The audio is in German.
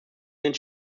den